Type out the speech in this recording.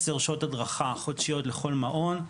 עשר שעות הדרכה חודשיות לכל מעון,